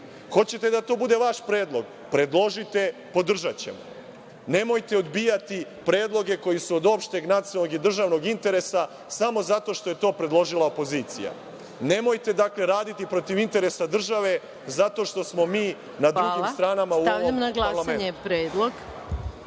Hoćete da to bude vaš predlog? Predložite i podržaćemo. Nemojte odbijati predloge koji su od opšteg nacionalnog i državnog interesa samo zato što je to predložila opozicija. Nemojte, dakle, raditi protiv interesa države zato što smo mi na drugim stranama u ovom parlamentu.